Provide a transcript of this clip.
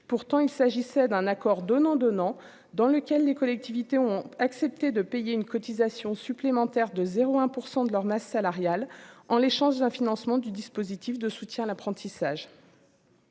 pourtant, il s'agissait d'un accord donnant-donnant dans lequel les collectivités ont accepté de payer une cotisation supplémentaire de 0 1 % de leur masse salariale en l'échange d'un financement du dispositif de soutien à l'apprentissage.